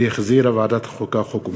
שהחזירה ועדת החוקה,